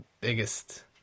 biggest